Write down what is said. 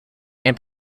and